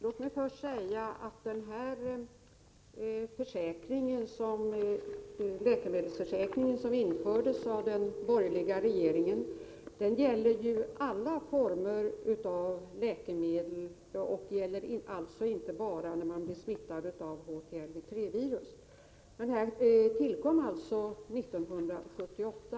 Herr talman! Låt mig först säga att läkemedelsförsäkringen, som infördes av den borgerliga regeringen, gäller alla skador på grund av läkemedel. Den gäller alltså inte bara när man blir smittad av HTLV-III-virus. Försäkringen tillkom 1978.